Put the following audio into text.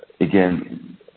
again